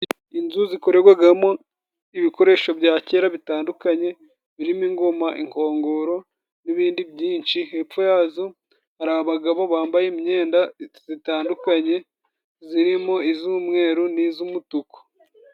Inzu zikorerwagamo ibikoresho bya kera bitandukanye birimo ingoma, inkongoro n'ibindi byinshi, hepfo yazo hari abagabo bambaye imyenda zitandukanye zirimo iz'umweru n'iz'umutuku.